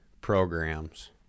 programs